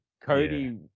Cody